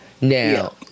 now